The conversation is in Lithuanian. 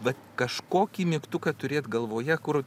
bet kažkokį mygtuką turėt galvoje kur